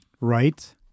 Right